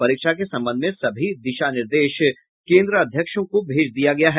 परीक्षा के संबंध में सभी दिशा निर्देश केन्द्राध्यक्षों को भेज दिया गया है